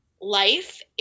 life